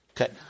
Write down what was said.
Okay